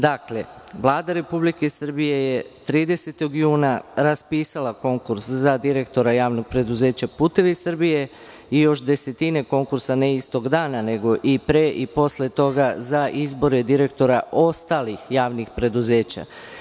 Dakle, Vlada Republike Srbije je 30. juna raspisala konkurs za direktora JP "Putevi Srbije" i još desetine konkursa, ne istog dana, nego i pre i posle tog za izbore direktora ostalih javnih preduzeća.